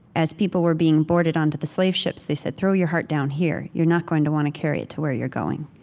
as people were being boarded onto the slave ships, they said, throw your heart down here. you're not going to want to carry it to where you're going.